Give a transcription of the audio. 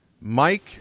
Mike